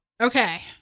Okay